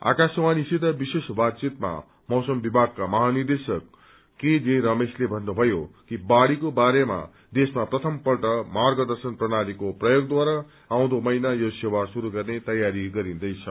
आक्रशवाणीसित विशेष बातचितमा मौसम विभागका महानिदेशक के जे रमेशले भन्नुथयो कि बाढ़ीको बारेमा देशमा प्रथमपल्ट मार्गदर्शन प्रणालीको प्रयोगद्वारा आउँदो महिना यो सेवा श्रुरू गर्ने तयारी गरिँदैछ